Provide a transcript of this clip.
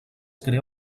crea